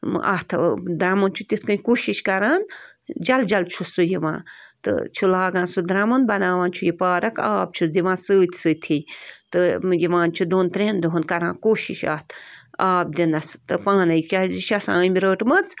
اَتھ درٛمُن چھُ تِتھٕ کٔنۍ کوٗشش کَران جل جل چھُ سُہ یِوان تہٕ چھُ لاگان سُہ درٛمُن بَناوان چھُ یہِ پارک آب چھِس دِوان سۭتۍ سۭتے تہٕ یِوان چھِ دۅن ترٛٮ۪ن دۄہن کَران کوٗشش اَتھ آب دِنس تہٕ پانَے کیٛازِ یہِ چھُ آسان أمۍ رٔٹمٕژ